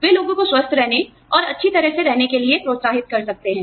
वे लोगों को स्वस्थ रहने और अच्छी तरह से रहने के लिए प्रोत्साहित कर सकते हैं